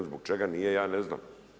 Zbog čega nije, ja ne znam.